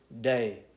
day